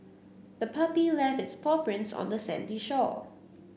the puppy left its paw prints on the sandy shore